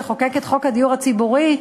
שחוקק את חוק הדיור הציבורי.